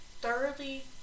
thoroughly